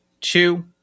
two